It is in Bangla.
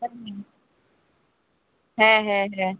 হ্যাঁ হ্যাঁ হ্যাঁ